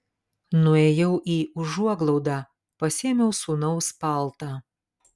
nuėjau į užuoglaudą pasiėmiau sūnaus paltą